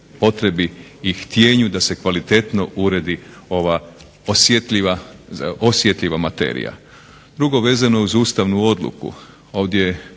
i htijenju da se kvalitetno uredi ova osjetljiva materija. Drugo je vezano uz ustavnu odluku. Ovdje je